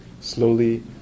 slowly